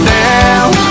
down